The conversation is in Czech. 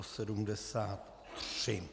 73.